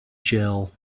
jell